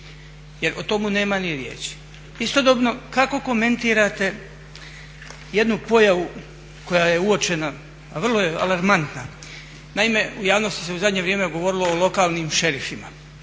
Jer o tomu nema ni riječi. Istodobno kako komentirate jednu pojavu koja je uočena, a vrlo je alarmantna, naime u javnosti se u zadnje vrijeme govorilo o lokalnim šerifima,